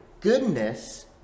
Goodness